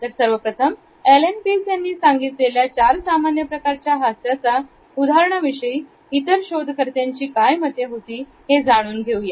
तर सर्वप्रथम Allan Pease यांनी सांगितलेल्या चार सामान्य प्रकारच्या हास्याचा उदाहरण विषयी इतर शोध करत्यांची मते जाणून घेऊया